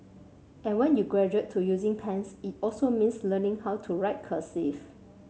and when you graduate to using pens it also means learning how to write cursive